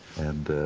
and